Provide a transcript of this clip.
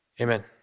Amen